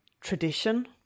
tradition